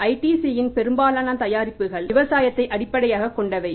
ITC யின் பெரும்பாலான தயாரிப்புகள் விவசாயத்தை அடிப்படையாகக் கொண்டவை